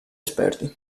esperti